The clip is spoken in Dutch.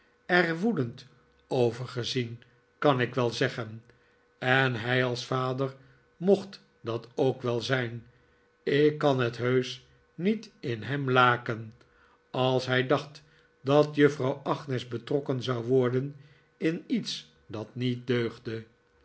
er woedend over gezien kan ik wel zeggen en hij als vader mocht dat ook wel zijn ik kan net heusch niet in hem laken als hij dacht dat juffrouw agnes betrokken zou worden in iets dat niet deugde